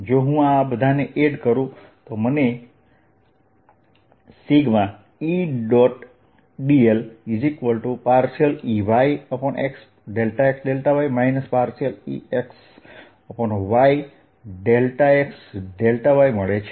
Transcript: જો હું આ બધાને એડ કરું તો મને Edl EY∂Xx y EX∂y x y મળે છે